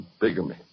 Bigamy